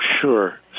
sure